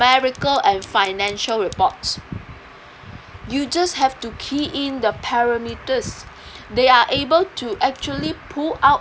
numerical and financial reports you just have to key in the parameters they are able to actually pull out